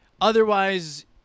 Otherwise